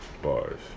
Bars